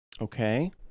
Okay